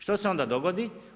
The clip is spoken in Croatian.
Što se onda dogodi?